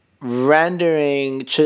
rendering